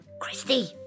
Christy